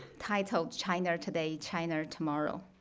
titled china today, china tomorrow.